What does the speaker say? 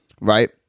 right